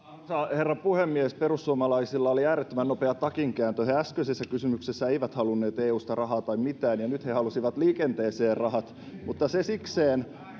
herra puhemies perussuomalaisilla oli äärettömän nopea takinkääntö äskeisessä kysymyksessä he eivät halunneet eusta rahaa tai mitään ja nyt he halusivat liikenteeseen rahat mutta se sikseen